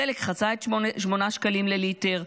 הדלק חצה את 8 שקלים לליטר,